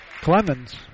Clemens